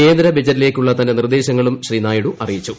കേന്ദ്ര ബജറ്റിലേക്കുള്ള തന്റെ നിർദ്ദേശങ്ങളും ശ്രീ നായിഡു അറിയിച്ചു